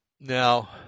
Now